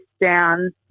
down